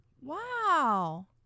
Wow